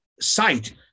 sight